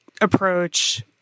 approach